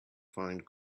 find